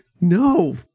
No